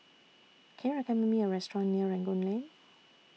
Can YOU recommend Me A Restaurant near Rangoon Lane